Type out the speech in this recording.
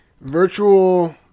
virtual